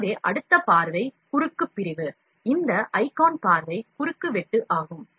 எனவே அடுத்த பார்வை குறுக்கு பிரிவு இந்த ஐகான் பார்வை குறுக்கு வெட்டு ஆகும்